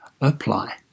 apply